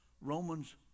Romans